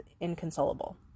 inconsolable